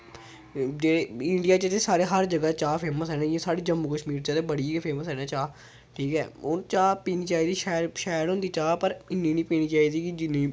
India च जे साढ़े हर जगह् चाह् फेमस ना इ'यां साढ़े जम्मू कश्मीर च बड़ी गै फेमस ऐ न चाह् ठीक ऐ हून चाह् पीनी चाहिदी शैल शैल होंदी चाह् पर इ'न्नी नी पीनी चाहिदी कि जिन्नी